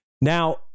Now